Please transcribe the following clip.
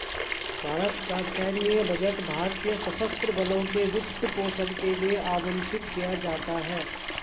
भारत का सैन्य बजट भारतीय सशस्त्र बलों के वित्त पोषण के लिए आवंटित किया जाता है